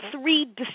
three